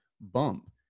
bump